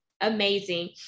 amazing